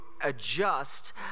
adjust